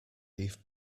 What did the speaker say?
beef